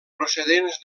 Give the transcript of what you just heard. procedents